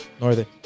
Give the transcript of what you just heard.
Northern